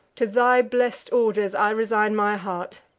to thy blest orders i resign my heart.